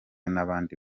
n’abandi